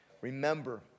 Remember